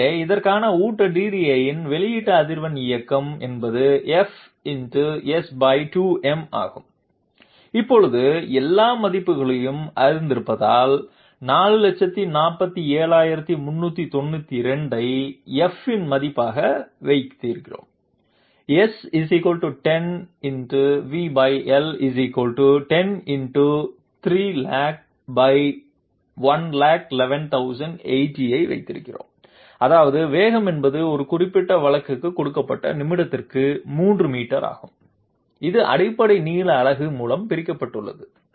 எனவே இதற்கான ஊட்ட DDA இன் வெளியீட்டு அதிர்வெண் இயக்கம் என்பது f ×S 2m ஆகும் இப்போது எல்லா மதிப்புகளையும் அறிந்திருப்பதால் 447392 ஐ f இன் மதிப்பாக வைக்கிறோம் S10×VL 10×30000011180 ஐ வைக்கிறோம் அதாவது வேகம் என்பது ஒரு குறிப்பிட்ட வழக்குக்கு கொடுக்கப்பட்ட நிமிடத்திற்கு 3 மீட்டர் ஆகும் இது அடிப்படை நீள அலகு மூலம் பிரிக்கப்பட்டுள்ளது